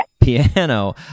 piano